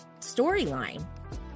storyline